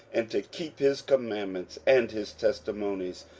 and to keep his commandments, and his testimonies,